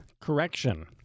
Correction